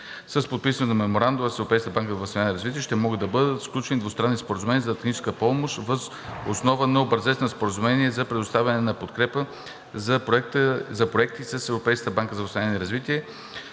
за възстановяване и развитие ще могат да бъдат сключвани двустранни споразумения за техническа помощ въз основа на образец на Споразумение за предоставяне на подкрепа за проекти с